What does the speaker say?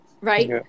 Right